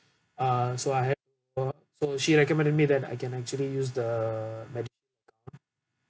uh so I had uh so she recommended me that I can actually use the MediShield